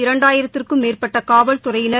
இரண்டாயிரத்திற்கும் மேற்பட்டகாவல்துறையினர்